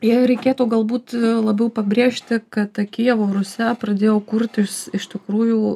jei reikėtų galbūt labiau pabrėžti kad ta kijevo rusia pradėjo kurtis iš tikrųjų